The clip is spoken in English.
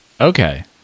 Okay